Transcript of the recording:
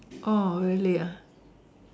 oh really ah